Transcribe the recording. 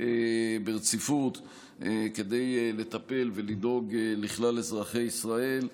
ברציפות כדי לטפל ולדאוג לכלל אזרחי ישראל,